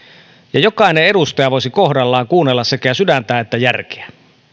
ja jokainen edustaja voisi kohdallaan kuunnella sekä sydäntä että järkeä